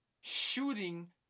shooting